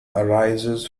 arises